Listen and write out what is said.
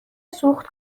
سوخت